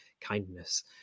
kindness